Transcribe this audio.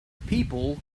people